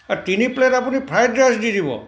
আৰু তিনি প্লেট আপুনি ফ্ৰাইড ৰাইচ দি দিব